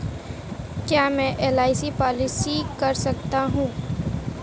क्या मैं LIC policy कर सकता हूं?